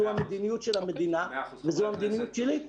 זו המדיניות של המדינה וזו המדיניות שלי.